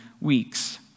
weeks